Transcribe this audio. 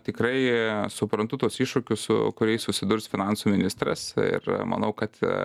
tikrai suprantu tuos iššūkius su kuriais susidurs finansų ministras ir manau kad